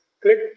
click